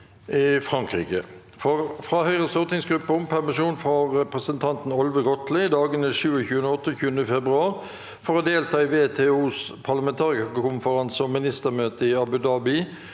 fra Høyres stortingsgruppe om permisjon for representanten Olve Grotle i dagene 27. og 28. februar for å delta i WTOs parlamentarikerkonferanse og ministermøter i Abu Dhabi,